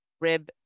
rib